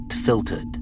filtered